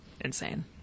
insane